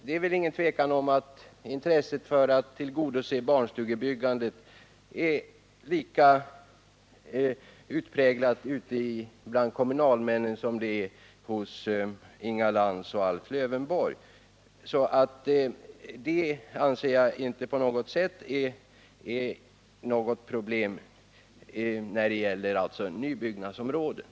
Det är ingen tvekan om att intresset för att tillgodose barnstugebyggandet är lika utpräglat ute bland kommunalmän som det är hos Inga Lantz och Alf Lövenborg. Jag anser att det inte finns några problem i detta sammanhang när det gäller nybyggnadsområden.